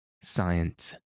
Science